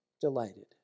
delighted